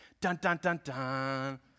dun-dun-dun-dun